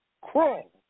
crawl